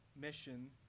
mission